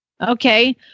okay